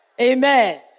Amen